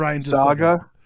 Saga